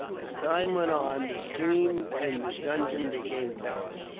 as time went on, the scene in the dungeon became terrible.